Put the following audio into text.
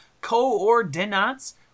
coordinates